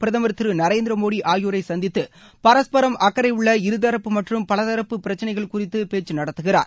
பிரதமர் திரு நரேந்திர மோடி ஆகியோரை சந்தித்து பரஸ்பரம் அக்கறையுள்ள இருதரப்பு மற்றும் பலதரப்பு பிரச்சினைகள் குறித்து பேச்சு நடத்துகிறார்